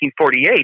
1948—